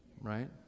Right